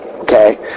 Okay